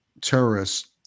terrorists